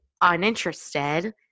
uninterested